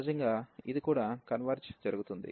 సహజంగా ఇది కూడా కన్వెర్జ్ జరుగుతుంది